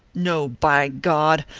no, by god!